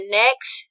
next